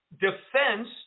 defense